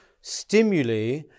stimuli